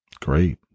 great